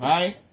Right